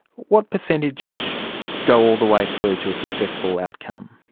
what percentage go all the way through to a successful outcome?